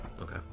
Okay